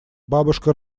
бабушка